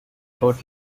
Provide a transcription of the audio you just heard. got